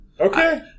Okay